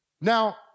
Now